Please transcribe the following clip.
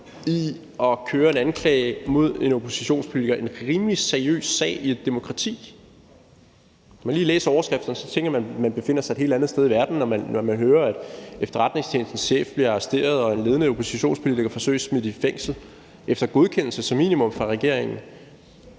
i at føre en anklage mod en oppositionspolitiker – en rimelig seriøs sag i et demokrati. Når man lige læser overskrifterne, tænker man, om man befinder sig et helt andet sted i verden, når man hører, at efterretningstjenestens chef bliver arresteret, og at en ledende oppositionspolitiker forsøges smidt i fængsel efter godkendelse som minimum fra regeringen.